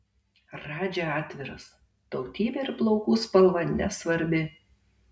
radži atviras tautybė ir plaukų spalva nesvarbi